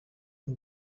nka